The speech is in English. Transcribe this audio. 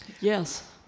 Yes